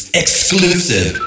exclusive